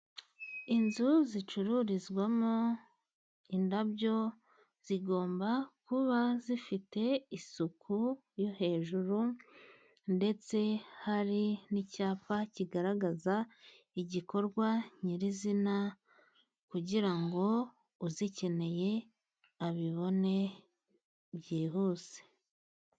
Inzu zicururizwamo indabyo, zigomba kuba zifite isuku yo hejuru, ndetse hari n'icyapa kigaragaza igikorwa nyirizina, kugira ngo uzikeneye abibone byihuse.